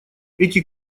эти